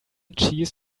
cheese